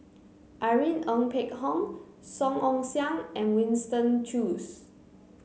Irene Ng Phek Hoong Song Ong Siang and Winston Choos